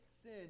sin